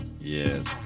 Yes